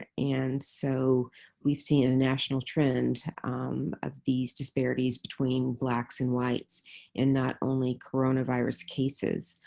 and and so we've seen a national trend of these disparities between blacks and whites in not only coronavirus cases,